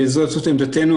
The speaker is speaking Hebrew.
זאת עמדתנו,